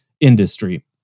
industry